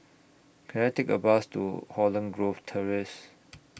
Can I Take A Bus to Holland Grove Terrace